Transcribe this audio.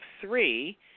three